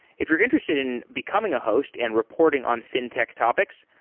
if you're interested in becoming a host and reporting on fintech topics,